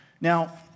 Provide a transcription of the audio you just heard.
Now